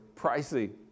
pricey